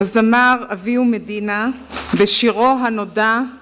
‫זמר אביהו מדינה בשירו הנודע...